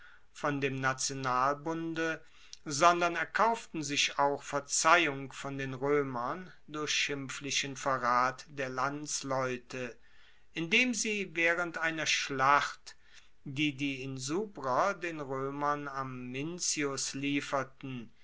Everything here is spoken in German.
von dem nationalbunde sondern erkauften sich auch verzeihung von den roemern durch schimpflichen verrat der landsleute indem sie waehrend einer schlacht die die insubrer den roemern am mincius lieferten